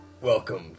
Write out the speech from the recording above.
Welcome